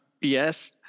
Yes